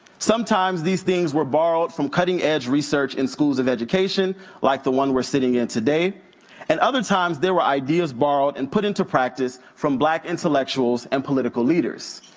sometimes these things were borrowed from cutting-edge research in schools of education like the one we're sitting in today and other times there were ideas borrowed and put into practice from black intellectuals and political leaders.